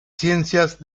ciencias